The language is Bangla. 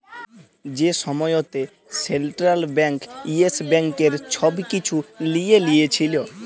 যে সময়তে সেলট্রাল ব্যাংক ইয়েস ব্যাংকের ছব কিছু লিঁয়ে লিয়েছিল